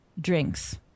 drinks